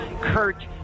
Kurt